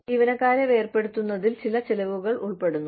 ജീവനക്കാരെ വേർപെടുത്തുന്നതിൽ ചില ചെലവുകൾ ഉൾപ്പെടുന്നു